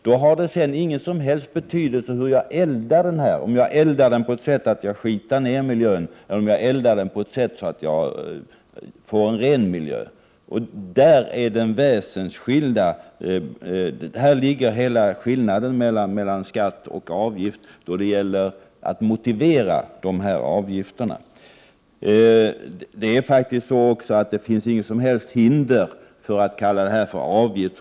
Det har ingen som helst betydelse hur jag eldar upp oljan, om jag gör det så att jag smutsar ned miljön eller så att miljön förblir ren. Där ligger hela skillnaden mellan skatt och avgift då det gäller att motivera dessa avgifter. Det finns inte heller något som helst hinder att kalla detta en avgift.